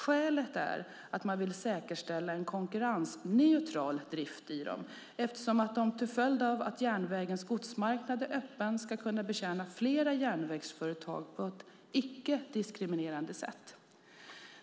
Skälet är att man ville säkerställa en konkurrensneutral drift i dem, eftersom de till följd av att järnvägens godsmarknad är öppen ska kunna betjäna flera järnvägsföretag på ett icke-diskriminerande sätt.